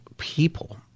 people